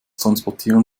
transportieren